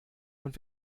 und